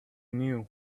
knew